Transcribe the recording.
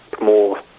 more